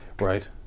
Right